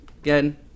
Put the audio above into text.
Again